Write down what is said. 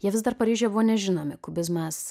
jie vis dar paryžiuje nežinomi kubizmas